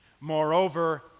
Moreover